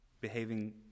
behaving